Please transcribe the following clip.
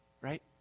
right